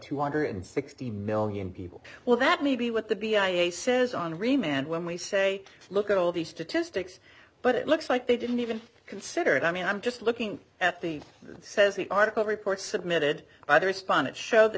two hundred sixty million people well that may be what the b i a says henri man when we say look at all these statistics but it looks like they didn't even consider it i mean i'm just looking at the sez he article reports submitted by the respondent show that